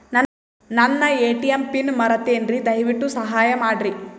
ನನ್ನ ATM PIN ಮರೆತೇನ್ರೀ, ದಯವಿಟ್ಟು ಸಹಾಯ ಮಾಡ್ರಿ